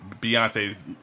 Beyonce's